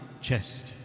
chest